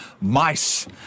MICE